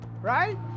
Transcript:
right